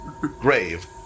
Grave